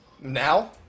Now